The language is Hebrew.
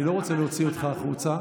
אני לא רוצה להוציא אותך החוצה.